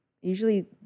usually